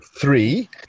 three